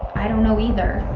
i don't know either.